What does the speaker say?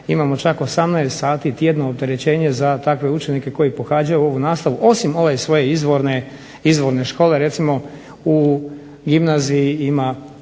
imamo čak 18 sati tjedno opterećenje za takve učenike koji pohađaju ovu nastavu, osim ove svoje izvorne škole, recimo u gimnaziji ima